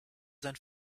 sein